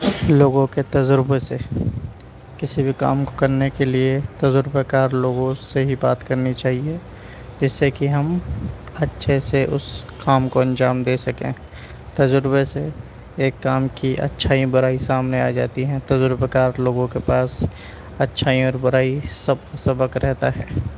لوگوں کے تجربے سے، کسی بھی کام کو کرنے کے لیے تجربہ کار لوگوں سے ہی بات کرنی چاہیے، جس سے کہ ہم اچھے سے اس کام کو انجام دے سکیں تجربہ سے ایک کام کی اچھائی برائی سامنے آجاتی ہیں تجربہ کار لوگوں کے پاس اچھائی اور برائی سب سبق رہتا ہے